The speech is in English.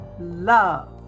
love